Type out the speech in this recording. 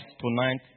tonight